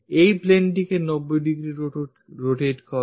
এই planeটিকে 90 degree rotate করো